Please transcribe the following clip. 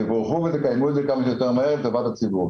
תבורכו ותקדמו את זה כמה שיותר מהר לטובת הציבור.